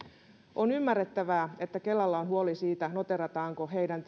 on ymmärrettävää että kelalla on huoli siitä noteerataanko heidän